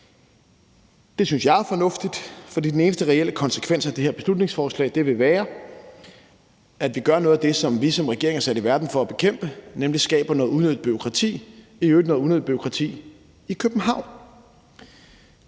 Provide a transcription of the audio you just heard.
Det synes jeg er fornuftigt, for den eneste reelle konsekvens af det her beslutningsforslag vil være, at vi gør noget af det, som vi som regering er sat i verden for at bekæmpe, nemlig skaber noget unødigt bureaukrati, i øvrigt noget unødigt bureaukrati i København.